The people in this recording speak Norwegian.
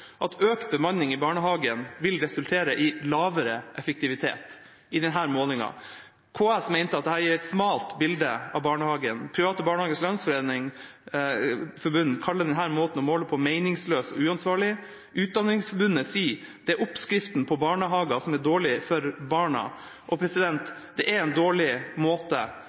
at økt bemanning i barnehagen vil i denne målingen resultere i lavere effektivitet. KS mente at dette gir et smalt bilde av barnehagen. Private Barnehagers Landsforbund kaller denne måten å måle på meningsløs og uansvarlig. Utdanningsforbundet sier at dette er oppskriften på barnehager som er dårlige for barna. Det er en dårlig måte